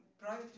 Private